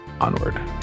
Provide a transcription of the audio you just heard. onward